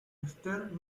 esther